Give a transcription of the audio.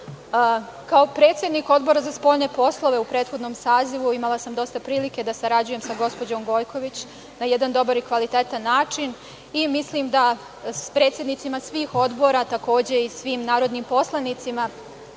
predsednik Odbora za spoljne poslove u prethodnom sazivu imala sam dosta prilike da sarađujem sa gospođom Gojković, na jedan dobar i kvalitetan način i mislim da s predsednicima svih odbora takođe i svim narodnim poslanicima